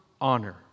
honor